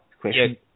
question